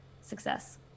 success